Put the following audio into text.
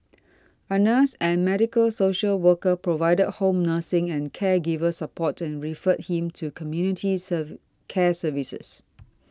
a nurse and medical social worker provided home nursing and caregiver support and referred him to community serve care services